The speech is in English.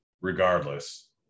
regardless